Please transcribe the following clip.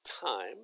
time